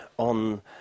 On